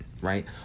right